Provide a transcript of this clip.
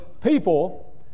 people